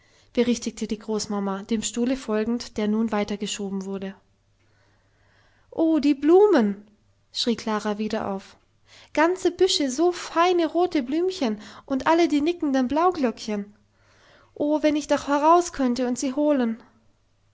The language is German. berichtigte die großmama dem stuhle folgend der nun wieder weitergeschoben wurde oh die blumen schrie klara wieder auf ganze büsche so feine rote blümchen und alle die nickenden blauglöckchen oh wenn ich doch heraus könnte und sie holen